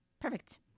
Perfect